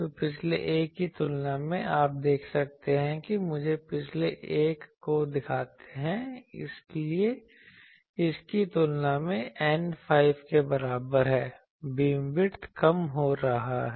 तो पिछले एक की तुलना में आप देख सकते हैं मुझे पिछले एक को दिखाते हैं इसकी तुलना में N 5 के बराबर है बीमविड्थ कम हो रहा है